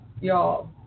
y'all